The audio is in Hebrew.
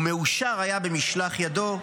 ומאושר היה במשלח ידו,